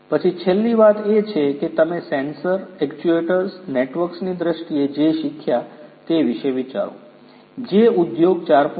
પછી છેલ્લી વાત એ છે કે તમે સેન્સર એક્ચ્યુએટર્સ નેટવર્ક્સની દ્રષ્ટિએ જે શીખ્યા તે વિશે વિચારો જે ઉદ્યોગ 4